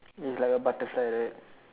it's like a butterfly right